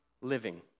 living